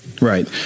Right